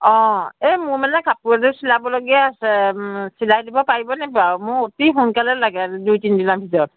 অঁ এই মোৰ মানে কাপোৰ এযোৰ চিলাবলগীয়া আছে চিলাই দিব পাৰিব নেকি বাৰু মোৰ অতি সোনকালে লাগে দুই তিনি দিনৰ ভিতৰত